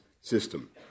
system